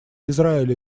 израиля